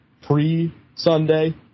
Pre-Sunday